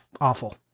Awful